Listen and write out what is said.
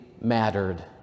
mattered